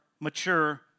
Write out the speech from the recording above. mature